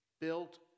built